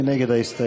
מי נגד ההסתייגות?